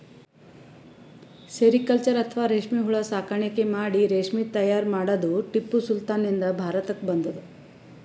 sericulture ಅಥವಾ ರೇಶ್ಮಿ ಹುಳ ಸಾಕಾಣಿಕೆ ಮಾಡಿ ರೇಶ್ಮಿ ತೈಯಾರ್ ಮಾಡದ್ದ್ ಟಿಪ್ಪು ಸುಲ್ತಾನ್ ನಿಂದ್ ಭಾರತಕ್ಕ್ ಬಂದದ್